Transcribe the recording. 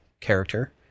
character